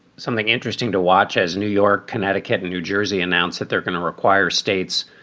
something interesting to watch as new york, connecticut, new jersey announce that they're going to require states.